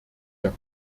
der